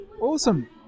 Awesome